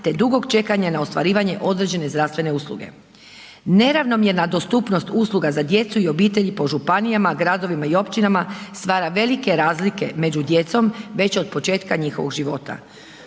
te dugog čekanja na ostvarivanje određene zdravstvene usluge. Neravnomjerna dostupnost usluga za djecu i obitelj po županijama, gradovima i općinama stvara velike razlike među djecom, već od početka njihovog života.